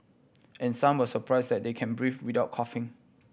and some were surprised that they can breathe without coughing